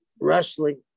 wrestling